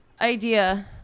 Idea